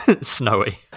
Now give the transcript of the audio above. Snowy